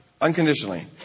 unconditionally